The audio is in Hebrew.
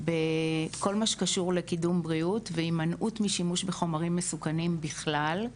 בכל מה שקשור לקידום בריאות והימנעות משימוש בחומרים מסוכנים בכלל.